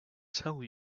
tell